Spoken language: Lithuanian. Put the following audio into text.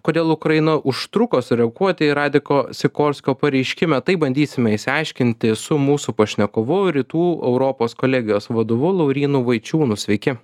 kodėl ukraina užtruko sureaguoti į radeko sikorskio pareiškime tai bandysime išsiaiškinti su mūsų pašnekovu rytų europos kolegijos vadovu laurynu vaičiūnu sveiki